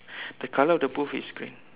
the color of the booth is green